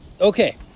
Okay